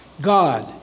God